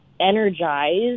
energized